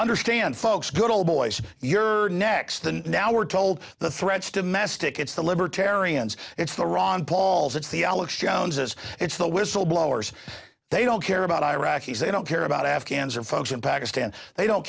understand folks good ole boys you're next than now we're told the threats domestic it's the libertarians it's the ron pauls it's the alex jones as it's the whistleblowers they don't care about iraqis they don't care about afghans or folks in pakistan they don't